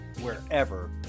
wherever